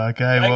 Okay